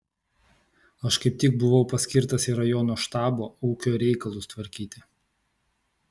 aš kaip tik buvau paskirtas į rajono štabą ūkio reikalus tvarkyti